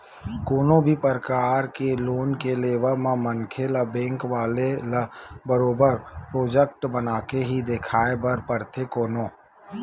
कोनो भी परकार के लोन के लेवब म मनखे ल बेंक वाले ल बरोबर प्रोजक्ट बनाके ही देखाये बर परथे कोनो